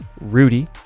Rudy